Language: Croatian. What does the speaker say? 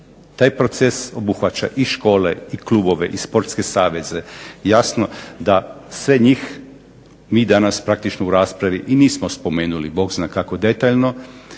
Taj proces obuhvaća i škole i klubove i sportske saveze. Jasno da sve njih mi danas praktično u raspravi i nismo spomenuli bog zna kako detaljno